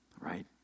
right